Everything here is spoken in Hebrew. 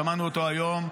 שמענו אותו היום,